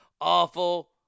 awful